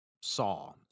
saw